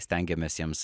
stengiamės jiems